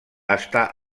està